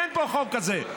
אין פה חוק כזה.